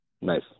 Nice